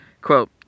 Quote